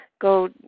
go